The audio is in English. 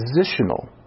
positional